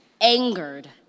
angered